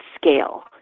scale